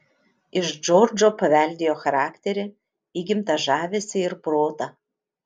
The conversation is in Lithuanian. iš džordžo paveldėjo charakterį įgimtą žavesį ir protą